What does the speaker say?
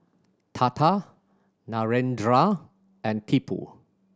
Tata Narendra and Tipu